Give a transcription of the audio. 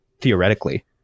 Theoretically